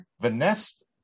Vanessa